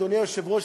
אדוני היושב-ראש,